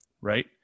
right